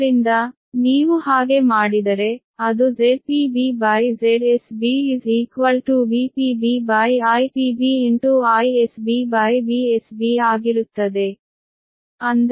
ಆದ್ದರಿಂದ ನೀವು ಹಾಗೆ ಮಾಡಿದರೆ ಅದು ZpBZsB VpBIpBIsBVsB ಆಗಿರುತ್ತದೆ